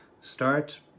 start